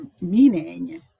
meaning